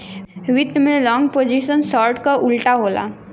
वित्त में long position short क उल्टा होला